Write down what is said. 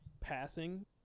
passing